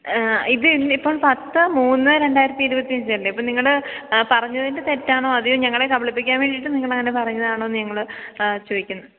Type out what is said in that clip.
ങാ ഇത് ഇന്നിപ്പോള് പത്ത് മൂന്ന് രണ്ടായിരത്തിയിരുപത്തിയഞ്ചല്ലെ അപ്പോള് നിങ്ങള് പറഞ്ഞതിൻ്റെ തെറ്റാണോ അതോ ഞങ്ങളെ കബളിപ്പിക്കാൻ വേണ്ടിയിട്ട് നിങ്ങളങ്ങനെ പറയുന്നതാണോയെന്നാണ് ഞങ്ങള് ചോദിക്കുന്നത്